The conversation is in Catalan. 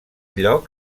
lloc